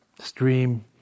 stream